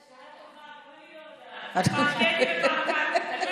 שאלה טובה, גם אני לא יודעת, פעם קֶטִי פעם קָטי,